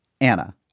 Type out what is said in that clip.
Anna